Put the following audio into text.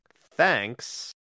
Thanks